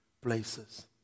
places